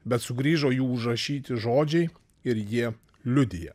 bet sugrįžo jų užrašyti žodžiai ir jie liudija